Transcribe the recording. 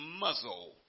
muzzle